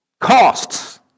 Costs